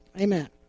Amen